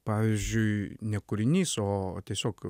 pavyzdžiui ne kūrinys o tiesiog